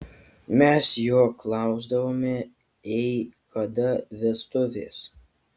mes jo klausdavome ei kada vestuvės